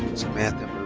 samantha